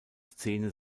szene